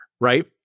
right